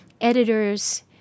editors